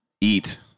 Eat